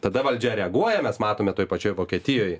tada valdžia reaguoja mes matome toj pačioj vokietijoj